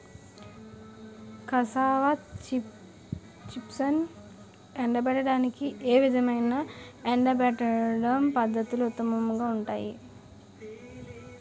Cassava చిప్స్ను ఎండబెట్టడానికి ఏ విధమైన ఎండబెట్టడం పద్ధతులు ఉత్తమంగా ఉంటాయి?